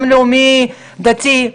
גם לאומי דתי,